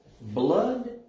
Blood